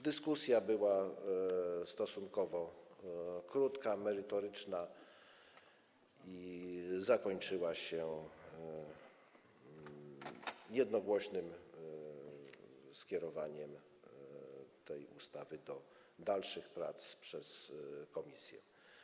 Dyskusja była stosunkowo krótka, merytoryczna i zakończyła się jednogłośnym skierowaniem tej ustawy do dalszych prac w komisjach.